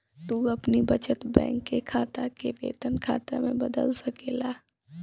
तू अपनी बचत बैंक के खाता के वेतन खाता में बदल सकेला